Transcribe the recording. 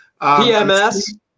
PMS